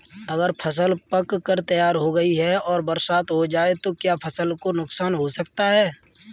अगर फसल पक कर तैयार हो गई है और बरसात हो जाए तो क्या फसल को नुकसान हो सकता है?